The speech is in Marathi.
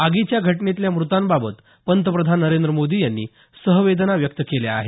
आगीच्या घटनेतल्या मृतांबाबत पंतप्रधान नरेंद्र मोदी यांनी सहवेदना व्यक्त केल्या आहेत